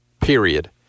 Period